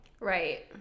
Right